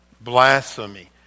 blasphemy